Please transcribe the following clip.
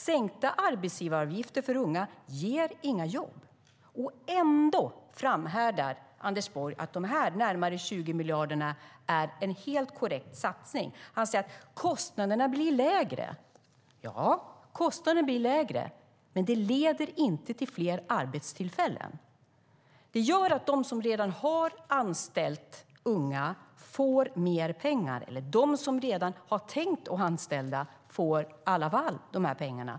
Sänkta arbetsgivaravgifter för unga ger inga jobb. Ändå framhärdar Anders Borg att dessa närmare 20 miljarder är en helt korrekt satsning. Han säger att kostnaderna blir lägre. Ja, kostnaden blir lägre, men det leder inte till fler arbetstillfällen. Det gör att de som redan har anställt unga får mer pengar. De som redan har tänkt att anställa får pengarna.